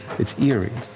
it's eerie,